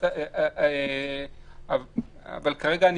כרגע אני